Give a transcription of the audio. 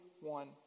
one